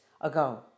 ago